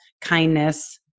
kindness